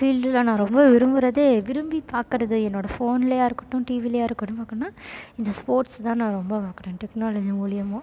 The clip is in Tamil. ஃபீல்டில் நான் ரொம்ப விரும்புகிறதே விரும்பிப் பார்க்கறது என்னோடய ஃபோன்லேயா இருக்கட்டும் டிவிலேயா இருக்கட்டும் பார்க்குணுனா இந்த ஸ்போர்ட்ஸ் தான் நான் ரொம்ப பார்க்கறேன் டெக்னாலஜி மூலிமா